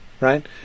right